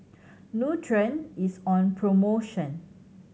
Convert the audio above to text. nutren is on promotion